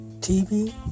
TV 、